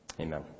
Amen